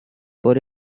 por